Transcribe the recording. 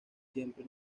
siempre